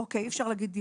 אי-אפשר להגיד,